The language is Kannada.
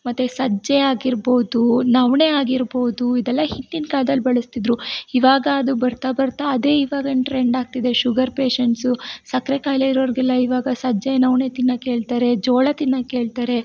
ಮತ್ತು ಸಜ್ಜೆ ಆಗಿರ್ಬೋದು ನವಣೆ ಆಗಿರ್ಬೋದು ಇದೆಲ್ಲ ಹಿಂದಿನ ಕಾಲ್ದಲ್ಲಿ ಬಳಸ್ತಿದ್ದರು ಇವಾಗ ಅದು ಬರ್ತಾ ಬರ್ತಾ ಅದೇ ಇವಾಗಿನ ಟ್ರೆಂಡ್ ಆಗ್ತಿದೆ ಶುಗರ್ ಪೇಷಂಟ್ಸು ಸಕ್ಕರೆ ಖಾಯ್ಲೆ ಇರೋರಿಗೆಲ್ಲ ಇವಾಗ ಸಜ್ಜೆ ನವಣೆ ತಿನ್ನೋಕ್ ಹೇಳ್ತರೆ ಜೋಳ ತಿನ್ನೋಕ್ ಹೇಳ್ತರೆ